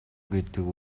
гэдэг